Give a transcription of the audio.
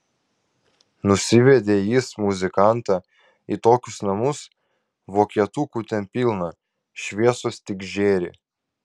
nusivedė jis muzikantą į tokius namus vokietukų ten pilna šviesos tik žėri